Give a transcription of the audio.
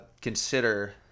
consider